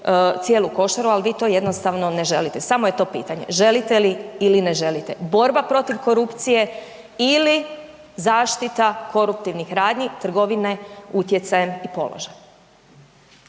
cijelu košaru, al vi to jednostavno ne želite, samo je to pitanje želite li ili ne želite, borba protiv korupcije ili zaštita koruptivnih radnji trgovine utjecajem i položajem?